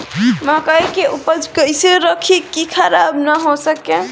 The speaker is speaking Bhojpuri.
मकई के उपज कइसे रखी की खराब न हो सके?